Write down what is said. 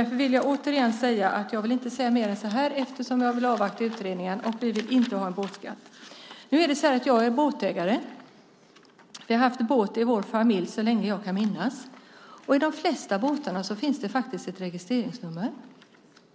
Därför vill jag inte säga mer än så här eftersom vi vill avvakta utredningen. Vi vill inte ha en båtskatt. Jag är båtägare, vi har haft båt i vår familj så länge jag kan minnas. På de flesta båtar finns det ett registreringsnummer.